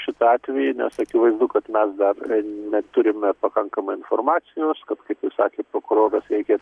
šitą atvejį nes akivaizdu kad mes dar neturime pakankamai informacijos kad kaip ir sakė prokuroras reikia